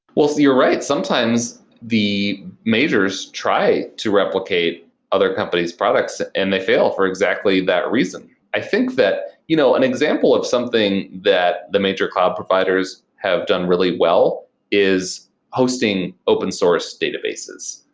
well, you're right. sometimes the majors try to replicate other company's products and they fail for exactly that reason. i think that you know an example of something that the major cloud providers have done really well is hosting open source databases,